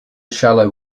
shallow